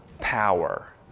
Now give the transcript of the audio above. power